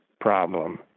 problem